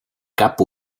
cap